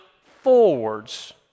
forwards